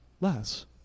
Less